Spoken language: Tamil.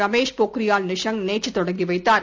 ரமேஷ் பொக்ரியால் நிஷாங்க் தகவல் நேற்று தொடங்கி வைத்தார்